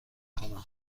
کنم